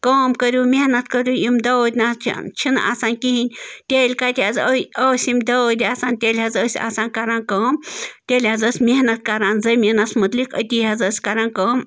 کٲم کٔرِو محنت کٔرِو یِم دٲدۍ نہٕ حظ چھِ چھِنہٕ آسان کِہیٖنۍ تیٚلۍ کَتہِ حظ ٲے ٲسۍ یِم دٲدۍ آسان تیٚلہِ حظ ٲسۍ آسان کَران کٲم تیٚلہِ حظ ٲس محنت کران زٔمیٖنَس مُتعلِق أتی حظ ٲس کران کٲم